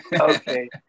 Okay